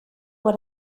what